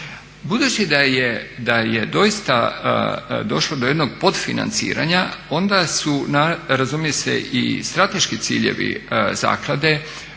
Budući da je doista došlo do jednog podfinanciranja onda su razumije se i strateški ciljevi zaklade